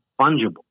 fungible